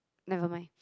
never mind